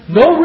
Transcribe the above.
no